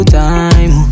time